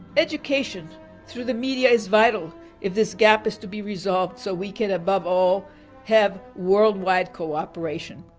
education through the media is vital if this gap is to be resolved so we can above all have worldwide cooperation.